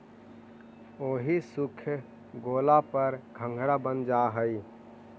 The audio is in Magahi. ओहि सूख गेला पर घंघरा बन जा हई